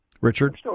Richard